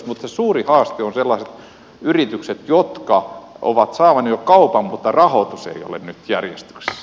mutta se suuri haaste ovat sellaiset yritykset jotka ovat saada jo kaupan mutta rahoitus ei ole järjestyksessä